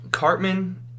Cartman